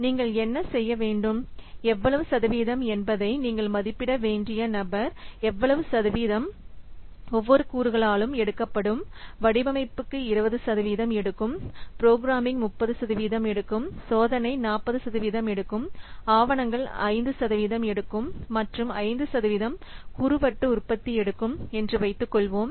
நீங்கள் என்ன செய்ய வேண்டும்எவ்வளவு சதவீதம் என்பதை நீங்கள் மதிப்பிட வேண்டிய நபர் எவ்வளவு சதவிகிதம் ஒவ்வொரு கூறுகளாலும் எடுக்கப்படும் வடிவமைப்பு 20 சதவிகிதம் எடுக்கும் ப்ரோக்ராமிங் 30 சதவிகிதம் எடுக்கும் சோதனை 40 சதவிகிதம் எடுக்கும் ஆவணங்கள் 5 சதவிகிதம் எடுக்கும் மற்றும் 5 சதவிகிதம் குறுவட்டு உற்பத்தி எடுக்கும் என்று வைத்துக்கொள்வோம்